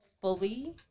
fully